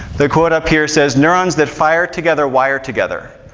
the quote up here says, neurons that fire together, wire together.